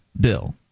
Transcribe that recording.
bill